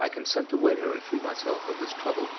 i consent to wed her and free myself of this trouble